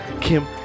Kim